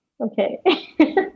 Okay